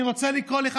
אני רוצה לקרוא לך,